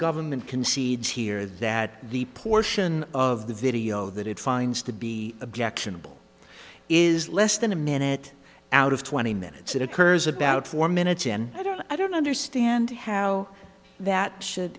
government concedes here that the portion of the video that it finds to be objectionable is less than a minute out of twenty minutes it occurs about four minutes and i don't i don't understand how that should